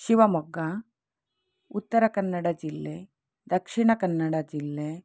ಶಿವಮೊಗ್ಗ ಉತ್ತರ ಕನ್ನಡ ಜಿಲ್ಲೆ ದಕ್ಷಿಣ ಕನ್ನಡ ಜಿಲ್ಲೆ